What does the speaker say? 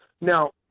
Now